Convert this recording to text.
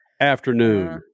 afternoon